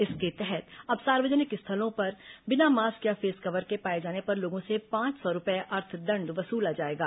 इसके तहत अब सार्वजनिक स्थलों में बिना मास्क या फेस कवर के पाए जाने पर लोगों से पांच सौ रूपये अर्थदण्ड वसूला जाएगा